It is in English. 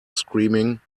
screaming